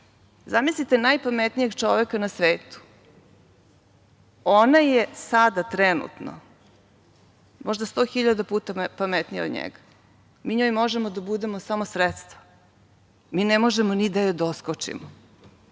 zamisliste najpametnijeg čoveka na svetu, ona je sada trenutno možda 100.000 puta pametnija od njega. Mi njoj možemo da budemo samo sredstva, mi ne možemo ni da joj doskočimo. Kada